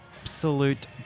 Absolute